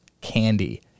candy